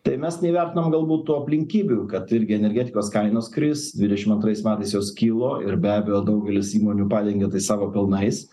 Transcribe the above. tai mes neįvertinom galbūt tų aplinkybių kad irgi energetikos kainos kris dvidešim antrais metais jos kilo ir beabejo daugelis įmonių padengė tai savo pelnais